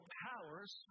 powers